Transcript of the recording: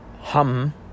Hum